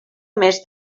més